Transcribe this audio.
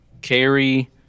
Carry